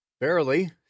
barely